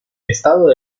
estado